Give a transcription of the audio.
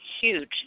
huge